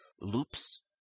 loops